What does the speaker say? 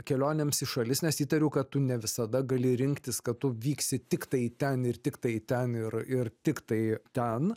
kelionėms į šalis nes įtariu kad tu ne visada gali rinktis kad tu vyksi tiktai ten ir tiktai ten ir ir tiktai ten